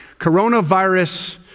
coronavirus